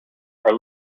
are